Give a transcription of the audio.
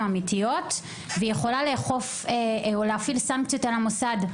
אמיתיות ויכולה להפעיל סנקציות על המוסד.